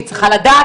היא צריכה לדעת,